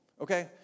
Okay